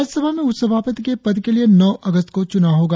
राज्यसभा में उपसभापति के पद के लिए नौ अगस्त को चुनाव होगा